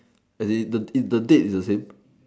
as in the the date is the same